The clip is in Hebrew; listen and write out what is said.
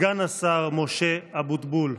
סגן השר משה אבוטבול.